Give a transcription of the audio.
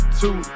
two